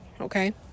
okay